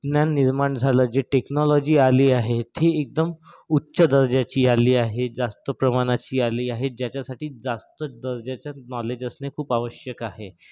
ज्ञान निर्माण झालं जी टेक्नॉलॉजी आली आहे ती एकदम उच्च दर्जाची आली आहे जास्त प्रमाणाची आली आहे ज्याच्यासाठी जास्त दर्जाचे नॉलेज असणे खूप आवश्यक आहे